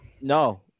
No